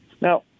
now